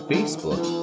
Facebook